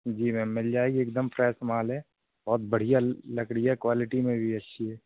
जी ma'am मिल जाएगी एक दम फ्रेस माल है बहुत बढ़िया लकड़ी है क्वालिटी में भी अच्छी है